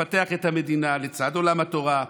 לפתח את המדינה לצד עולם התורה,